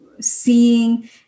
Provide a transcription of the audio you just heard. seeing